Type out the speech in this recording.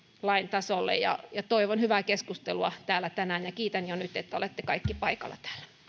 lain tasolle toivon hyvää keskustelua täällä tänään ja kiitän jo nyt että olette kaikki paikalla